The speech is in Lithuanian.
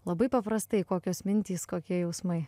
labai paprastai kokios mintys kokie jausmai